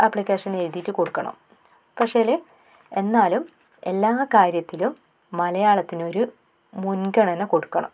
application എഴുതിയിട്ട് കൊടുക്കണം പക്ഷേൽ എന്നാലും എല്ലാ കാര്യത്തിലും മലയാളത്തിനൊരു മുൻഗണന കൊടുക്കണം